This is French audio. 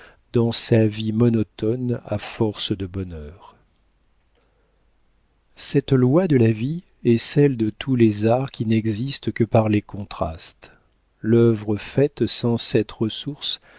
dans sa vie monotone à force de bonheur cette loi de la vie est celle de tous les arts qui n'existent que par les contrastes l'œuvre faite sans cette ressource